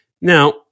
Now